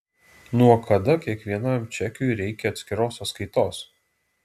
nuo kada kiekvienam čekiui reikia atskiros sąskaitos